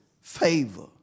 favor